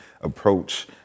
approach